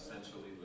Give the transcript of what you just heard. essentially